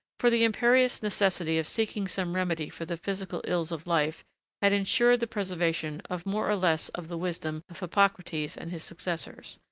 for the imperious necessity of seeking some remedy for the physical ills of life had insured the preservation of more or less of the wisdom of hippocrates and his successors,